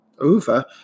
over